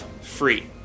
free